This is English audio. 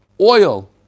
Oil